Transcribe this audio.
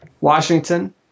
Washington